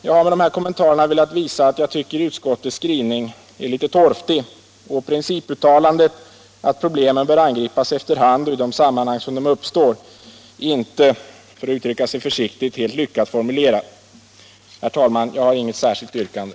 Jag har med dessa kommentarer velat visa att jag tycker att utskottets skrivning är litet torftig och att principuttalandet att problemen ”bör angripas efter hand och i de sammanhang som de uppstår” inte, för att uttrycka sig försiktigt, är helt lyckat formulerat. Jag har inget särskilt yrkande.